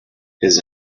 his